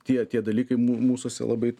tie tie dalykai mū mūsuose labai